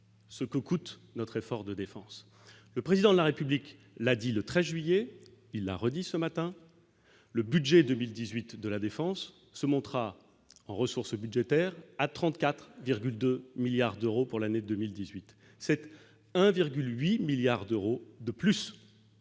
ce que coûte notre effort de défense, le président de la République l'a dit le 13 juillet il l'a redit ce matin, le budget 2018 de la Défense se montera en ressources budgétaires à 34,2 milliards d'euros pour l'année 2018 7 1,8 1000000000 d'euros de plus